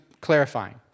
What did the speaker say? clarifying